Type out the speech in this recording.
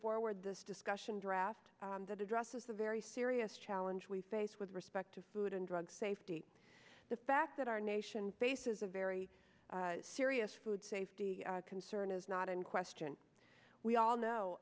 forward this discussion draft that addresses a very serious challenge we face with respect to food and drug safety the fact that our nation faces a very serious food safety concern is not in question we all know